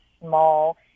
small